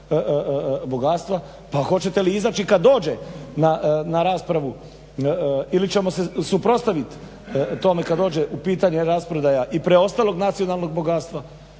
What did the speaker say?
bogatstva. Pa hoćete li izaći kada dođe na raspravu ili ćemo se suprotstaviti tome kada dođe u pitanje rasprodaja i preostalog nacionalnog bogatstva?